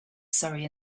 surrey